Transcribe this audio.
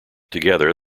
together